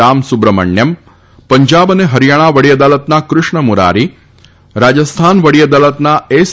રામસુબ્રમાંચમ પંજાબ અને હરિયાણા વાતી અદાલતના કૃષ્ણ મુરારી રાજસ્થાન વાતી અદાલતના એસ